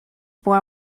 for